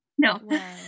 No